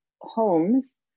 homes